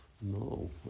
No